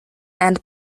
and